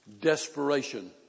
desperation